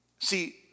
See